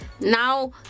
now